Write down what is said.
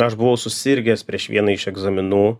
aš buvau susirgęs prieš vieną iš egzaminų